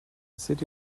city